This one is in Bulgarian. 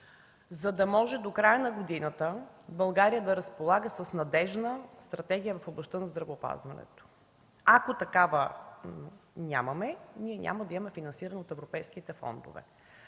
за да може до края на годината България да разполага с надеждна стратегия в областта на здравеопазването. Ако такава нямаме, няма да имаме финансиране от европейските фондове.